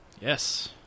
Yes